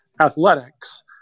athletics